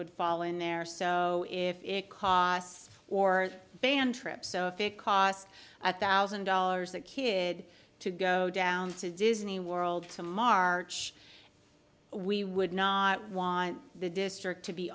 would fall in there so if it costs or band trips so if it cost a thousand dollars that kid to go down to disney world to march we would not want the district to be